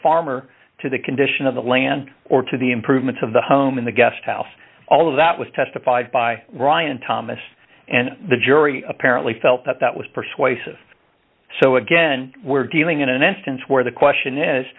farmer to the condition of the land or to the improvements of the home in the guest house all of that was testified by ryan thomas and the jury apparently felt that that was persuasive so again we're dealing in an instance where the question is